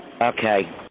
Okay